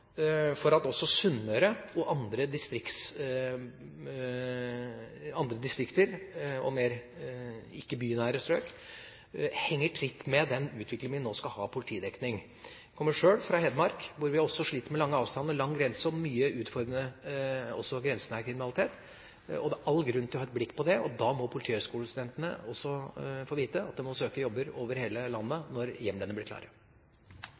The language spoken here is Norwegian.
for at Sunnmøre, andre distrikter og flere ikke-bynære strøk holder tritt med den utviklingen vi nå skal ha innen politidekning. Jeg kommer sjøl fra Hedmark, hvor vi også sliter med lange avstander, lang grense og mye utfordrende grensenær kriminalitet. Det er all grunn til å ha et blikk på dette, og da må politihøgskolestudentene få vite at de må søke jobber over hele landet, når hjemlene blir klare.